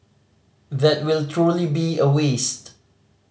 that will truly be a waste